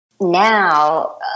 Now